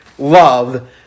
love